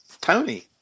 Tony